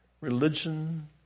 religion